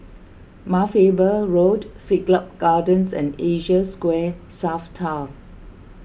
Mount Faber Road Siglap Gardens and Asia Square South Tower